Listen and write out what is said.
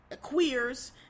queers